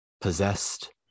Possessed